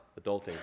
adulting